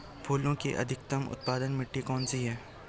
फूलों की अत्यधिक उत्पादन मिट्टी कौन सी है?